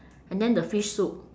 and then the fish soup